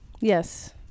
Yes